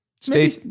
stay